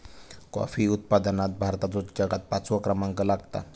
coffee उत्पादनात भारताचो जगात पाचवो क्रमांक लागता